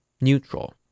neutral